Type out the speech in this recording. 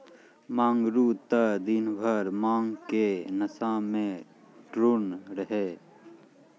मंगरू त दिनभर भांग के नशा मॅ टुन्न रहै